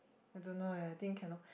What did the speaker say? I don't know eh I think cannot